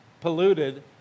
polluted